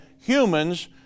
humans